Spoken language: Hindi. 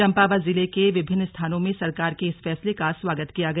चम्पावत जिले के विभिन्न स्थानों में सरकार के इस फैसले का स्वागत किया गया